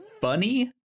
funny